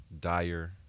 dire